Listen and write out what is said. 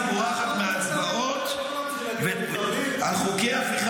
כשהאופוזיציה בורחת מהצבעות על חוקי הפיכה